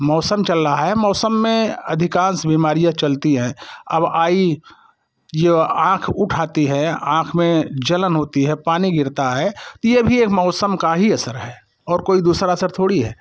मौसम चल रहा है मौसम में अधिकांश बीमारियाँ चलती हैं अब आई जो आँख उठ आती है आँख में जलन होती है पानी गिरता है ये भी एक मौसम का ही असर है और कोई दूसरा असर थोड़ी है